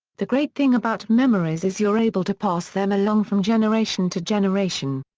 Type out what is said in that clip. the great thing about memories is you're able to pass them along from generation to generation.